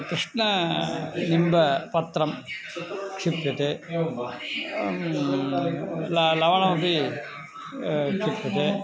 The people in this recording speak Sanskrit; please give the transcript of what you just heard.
कृष्णनिम्बपत्रं क्षिप्यते ला लवणमपि क्षिप्यते